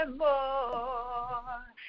more